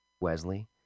Wesley